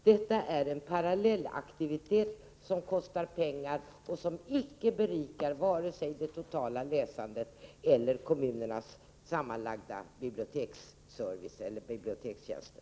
Detta är en parallellaktivitet som kostar pengar och som icke berikar vare sig det totala läsandet eller kommunernas sammanlagda biblioteksservice eller bibliotekstjänsten.